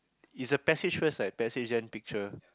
is a passage first right passage then picture